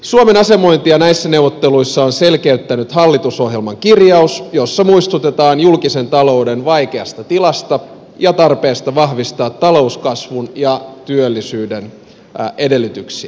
suomen asemointia näissä neuvotteluissa on selkeyttänyt hallitusohjelman kirjaus jossa muistutetaan julkisen talouden vaikeasta tilasta ja tarpeesta vahvistaa talouskasvun ja työllisyyden edellytyksiä